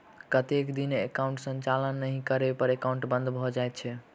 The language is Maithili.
कतेक दिन एकाउंटक संचालन नहि करै पर एकाउन्ट बन्द भऽ जाइत छैक?